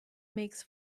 makes